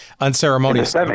unceremonious